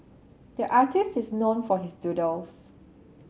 the artist is known for his doodles